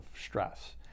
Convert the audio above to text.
stress